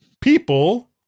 People